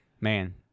man